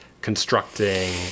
constructing